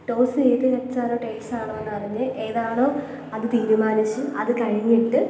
toss ചെയ്ത് heads ആണോ tails ആണോ എന്നറിഞ്ഞ് ഏതാണോ അത് തീരുമാനിച്ച് അത് കഴിഞ്ഞിട്ട്